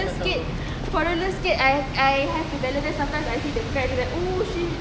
roller skate for roller skate I I have to balance then some time I see the drain then oh shit